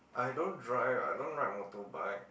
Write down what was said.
I don't drive I don't ride motorbike